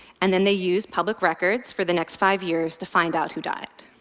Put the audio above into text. and then they used public records for the next five years to find out who died.